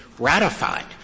Ratified